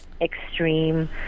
extreme